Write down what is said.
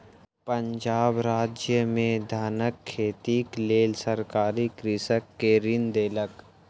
पंजाब राज्य में धानक खेतीक लेल सरकार कृषक के ऋण देलक